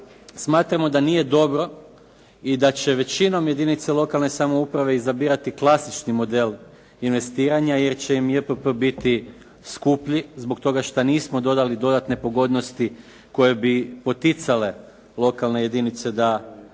smatramo da nije dobro i da će većinom jedinice lokalne samouprave izabirati klasični model investiranja jer će im JPP biti skuplji zbog toga što nismo dodali dodatne pogodnosti koje bi poticale lokalne jedinice da investiraju